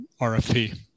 RFP